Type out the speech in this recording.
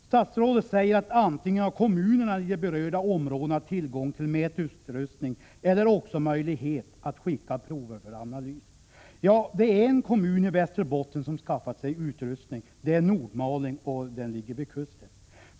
Statsrådet säger att ”kommunerna i de berörda områdena antingen har tillgång till mätutrustning eller har möjlighet att skicka prover för analys”. Ja, det är en kommun i Västerbotten som har skaffat sig utrustning, och det är Nordmaling, som ligger vid kusten.